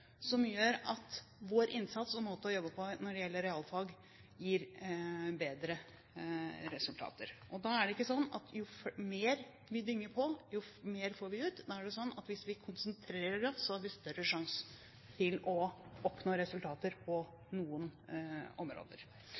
som gjør at vår innsats og vår måte å jobbe på når det gjelder realfag, gir bedre resultater. Og da er det ikke slik at jo mer vi dynger på, jo mer får vi ut. Da er det slik at hvis vi konsentrerer oss, har vi større sjanse til å oppnå resultater på noen områder.